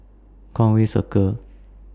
Conway Circle